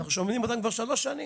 אנחנו שומעים את זה כבר שלוש שנים.